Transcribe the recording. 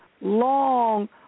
long